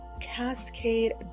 cascade